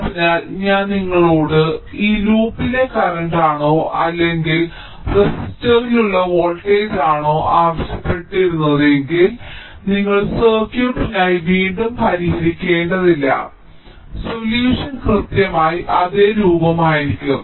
അതിനാൽ ഞാൻ നിങ്ങളോട് ഈ ലൂപ്പിലെ കറന്റാണോ അല്ലെങ്കിൽ റസിസ്റ്ററിൽ ഉള്ള വോൾട്ടേജാണോ ആവശ്യപ്പെട്ടിരുന്നതെങ്കിൽ നിങ്ങൾ സർക്യൂട്ടിനായി വീണ്ടും പരിഹരിക്കേണ്ടതില്ല പരിഹാരം കൃത്യമായി അതേ രൂപമായിരിക്കും